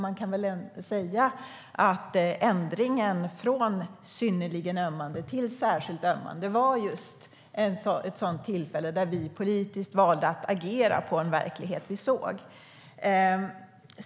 Man kan väl säga att ändringen från "synnerligen ömmande" till "särskilt ömmande" var just ett sådant tillfälle då vi politiskt valde att agera på grund av en verklighet vi såg.